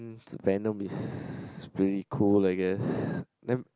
venom is pretty cool I guess then